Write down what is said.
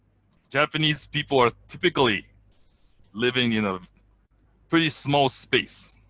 japanese people are typically living in a pretty small space,